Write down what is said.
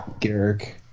Garrick